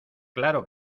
claro